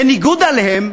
בניגוד להם,